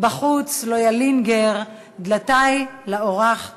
"בחוץ לא ילין גר, דלתי לאורח אפתח".